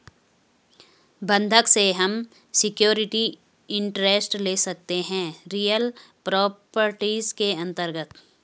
बंधक से हम सिक्योरिटी इंटरेस्ट ले सकते है रियल प्रॉपर्टीज के अंतर्गत